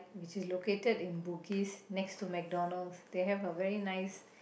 it's located in Bugis next to McDonald's they have a very nice